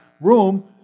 room